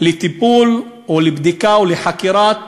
לטיפול, לבדיקה ולחקירת